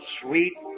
sweet